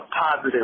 positive